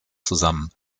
zusammen